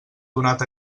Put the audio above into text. donat